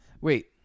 wait